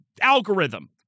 algorithm